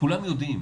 כולם יודעים,